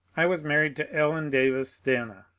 i was married to ellen davis dana,